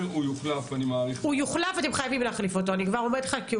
אני מתפלא על תנועת הביטחוניסטים.